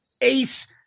ace